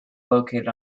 located